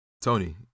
Tony